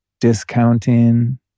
discounting